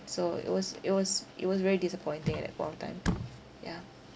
so it was it was it was very disappointing at that point of time yeah